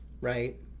right